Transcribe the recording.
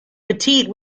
petite